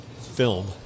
film